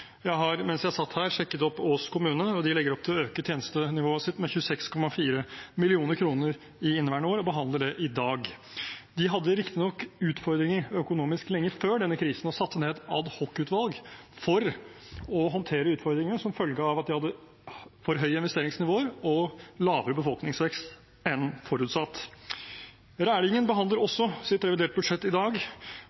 Jeg har, mens jeg satt her, sjekket opp Ås kommune, og de legger opp til å øke tjenestenivået sitt med 26,4 mill. kr i inneværende år og behandler det i dag. De hadde riktignok utfordringer økonomisk lenge før denne krisen og satte ned et ad hoc-utvalg for å håndtere utfordringer som følge av at de hadde for høye investeringsnivåer og lavere befolkningsvekst enn forutsatt. Rælingen behandler også sitt reviderte budsjett i dag, og